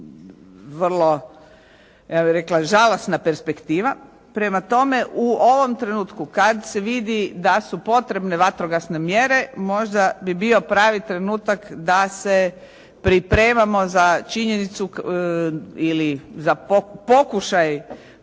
vrlo ja bih rekla žalosna perspektiva. Prema tome, u ovom trenutku kad se vidi da su potrebne vatrogasne mjere, možda bi bio pravi trenutak da se pripremamo za činjenicu ili za pokušaj